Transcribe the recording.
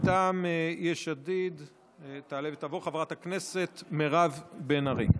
מטעם יש עתיד תעלה ותבוא חברת הכנסת מירב בן ארי.